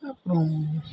அப்புறோம்